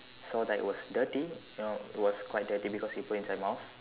so like it was dirty you know it was quite dirty because he put inside his mouth